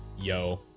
yo